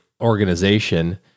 organization